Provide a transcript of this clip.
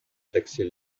taxer